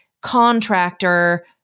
contractor